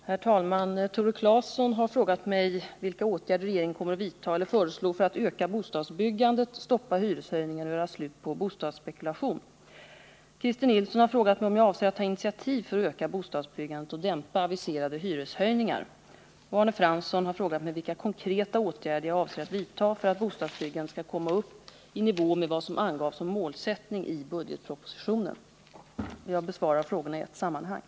Herr talman! Tore Claeson har frågat mig vilka åtgärder regeringen kommer att vidta eller föreslå för att öka bostadsbyggandet, stoppa hyreshöjningarna och göra slut på bostadsspekulationen. Christer Nilsson har frågat mig om jag avser att ta initiativ för att öka bostadsbyggandet och dämpa aviserade hyreshöjningar. Arne Fransson har frågat mig vilka konkreta åtgärder jag avser vidta för att bostadsbyggandet skall komma upp i nivå med vad som angavs som målsättning i budgetpropositionen. Jag besvarar interpellationerna och frågan i ett sammanhang.